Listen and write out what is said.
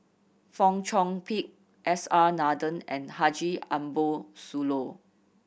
Fong Chong Pik S R Nathan and Haji Ambo Sooloh